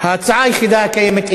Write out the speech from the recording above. ההצעה היחידה הקיימת,